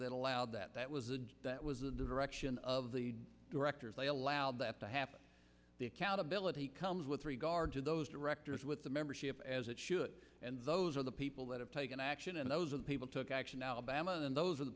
that allowed that that was the that was the direction of the directors they allowed that to happen the accountability comes with regard to those directors with the membership as it should and those are the people that have taken action and those are the people took action alabama and those are the